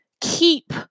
keep